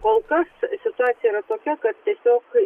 kol kas situacija yra tokia kad tiesiog